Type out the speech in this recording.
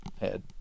head